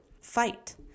fight